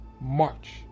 march